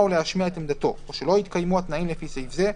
או להשמיע את עמדתו או שלא התקיימו התנאים לפי סעיף זה,